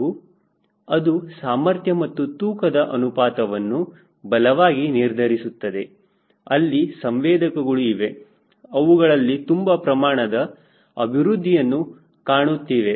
ಹಾಗೂ ಅದು ಸಾಮರ್ಥ್ಯ ಮತ್ತು ತೂಕದ ಅನುಪಾತವನ್ನು ಬಲವಾಗಿ ನಿರ್ಧರಿಸುತ್ತದೆ ಅಲ್ಲಿ ಸಂವೇದಕಗಳು ಇವೆ ಅವುಗಳಲ್ಲಿ ತುಂಬಾ ಪ್ರಮಾಣದ ಅಭಿವೃದ್ಧಿಯನ್ನು ಕಾಣುತ್ತಿದ್ದೇವೆ